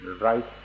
right